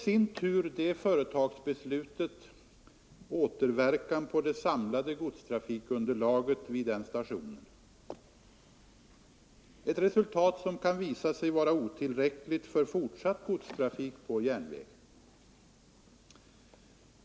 Detta beslut får i sin tur återverkan på det samlade godstrafikunderlaget vid den berörda stationen, vilket härigenom kan bli otillräckligt för fortsatt godstrafik på järnväg.